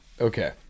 Okay